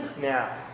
now